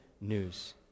news